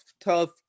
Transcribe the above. tough